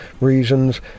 reasons